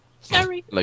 Sorry